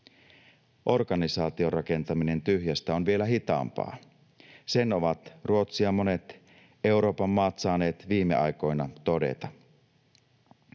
Organisaation rakentaminen tyhjästä on vielä hitaampaa, sen ovat Ruotsi ja monet Euroopan maat saaneet viime aikoina todeta.